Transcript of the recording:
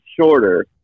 shorter